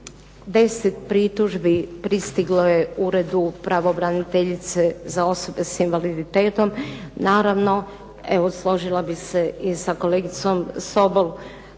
10 pritužbi pristiglo je uredu pravobraniteljice za osobe s invaliditetom. Naravno, evo složila bih se i sa kolegicom Sobol,